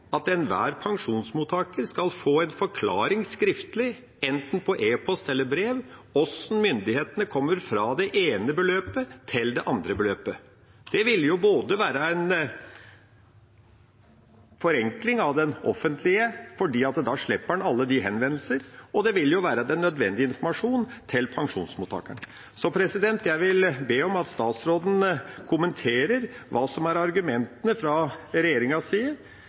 at enhver pensjonsmottaker skal få en skriftlig forklaring på – enten på e-post eller i brev – hvordan myndighetene kommer fra det ene beløpet til det andre beløpet. Det ville være en forenkling for det offentlige, fordi en da slipper alle henvendelsene, og det ville være nødvendig informasjon til pensjonsmottakeren. Jeg vil be om at statsråden kommenterer hva som fra regjeringas side er argumentene